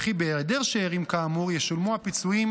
וכי בהיעדר שאירים כאמור ישולמו הפיצויים